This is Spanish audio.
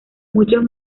muchos